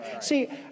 See